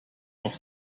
auf